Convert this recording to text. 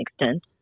extent